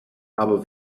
aber